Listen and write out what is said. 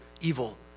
evil